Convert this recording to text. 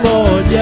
Lord